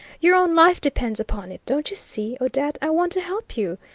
your own life depends upon it. don't you see, odette, i want to help you?